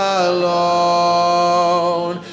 alone